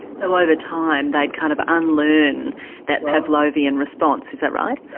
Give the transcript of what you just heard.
so over time they'd kind of unlearn that pavlovian response, is that right?